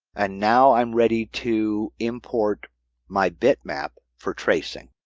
and now i'm ready to import my bitmap for tracing.